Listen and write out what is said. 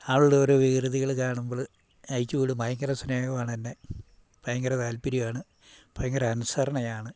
അവളുടെ ഓരോ വികൃതികള് കാണുമ്പള് അഴിച്ച് വിടും ഭയങ്കര സ്നേഹമാണെന്നേ ഭയങ്കര താല്പര്യവാണ് ഭയങ്കര അനുസരണയാണ്